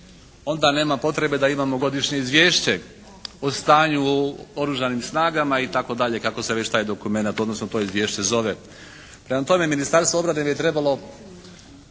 onda nema potrebe da imamo godišnje izvješće o stanju u oružanim snagama itd. kako se već taj dokumenat odnosno to izvješće zove. Prema tome, Ministarstvo obrane bi trebalo